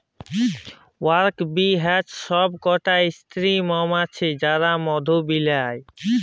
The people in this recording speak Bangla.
ওয়ার্কার বী হচ্যে সব কটা স্ত্রী মমাছি যারা মধু বালায়